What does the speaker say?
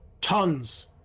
Tons